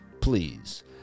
Please